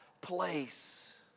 place